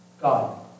God